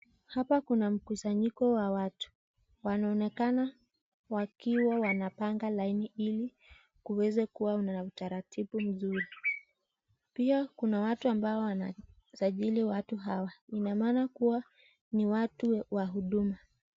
Hapa kuna mkusanyiko wa watu, wanaonekana wakiwa wanapanga laini ili kuweze kuwa kuna utaratibu nzuri pia kuna watu ambao wanasajili watu hawa ina maana kuwa ni watu wa huduma.